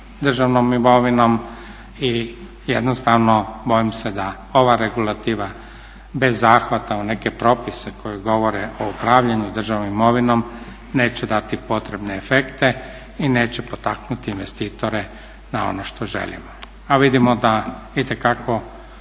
državnom imovinom i jednostavno bojim se da ova regulativa bez zahvata u neke propise koji govore o upravljanju državnom imovinom neće dati potrebne efekte i neće potaknuti investitore na ono što želimo. A vidimo da itekako